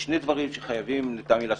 יש שני דברים שחייבים לטעמי לעשות.